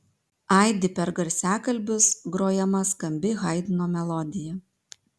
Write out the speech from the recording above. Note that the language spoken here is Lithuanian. aidi per garsiakalbius grojama skambi haidno melodija